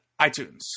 iTunes